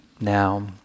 Now